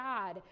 God